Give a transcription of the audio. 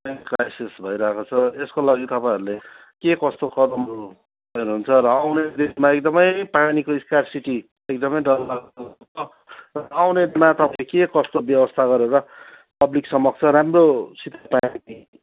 crisis भइरहेको छ त्यसको लागि तपाईँहरूले के कस्तो कदमहरू लिनुहुन्छ र उन्नाइस बिस माइलसम्मै पानीको स्कार्सिटी एकदमै डरलाग्दो र आउने दिनमा तपाईँ के कस्तो व्यवस्था गरेर पब्लिक समक्ष राम्रोसित राख्ने